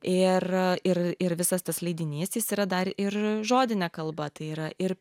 ir ir ir visas tas leidinys jis yra dar ir žodine kalba tai yra ir